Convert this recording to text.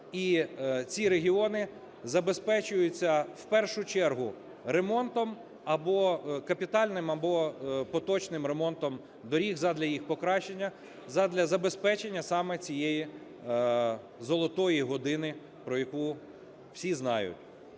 ці регіони забезпечуються в першу чергу ремонтом або капітальним, або поточним ремонтом доріг задля їх покращення, задля забезпечення саме цієї "золотої години", про яку всі знають.